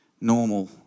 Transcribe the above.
normal